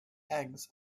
eggs